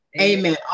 Amen